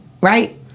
right